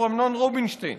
אמנון רובינשטיין